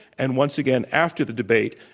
and once again after the debate.